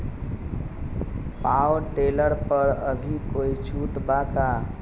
Power tiller पर अभी कोई छुट बा का?